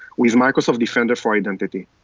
we use microsoft defender for identity.